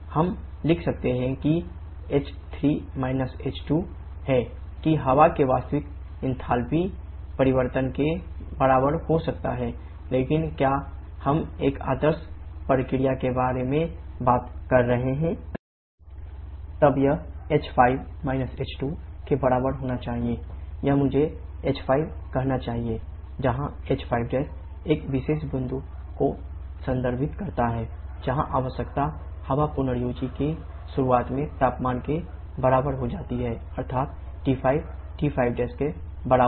हम लिख सकते हैं कि h3 h2 है कि हवा के वास्तविक एन्थालपी परिवर्तन के बराबर हो सकता है लेकिन क्या हम एक आदर्श प्रक्रिया के बारे में बात कर रहे हैं तब यह h5 h2 के बराबर होना चाहिए या मुझे h5' कहना चाहिए जहां h5 इस विशेष बिंदु को संदर्भित करता है जहां आवश्यक हवा पुनर्योजी की शुरुआत में तापमान के बराबर हो जाती है अर्थात T5 का मूल्य T5 के बराबर है